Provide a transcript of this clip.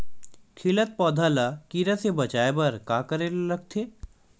खिलत पौधा ल कीरा से बचाय बर का करेला लगथे?